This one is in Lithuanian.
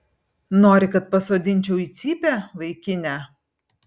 nori kad pasodinčiau į cypę vaikine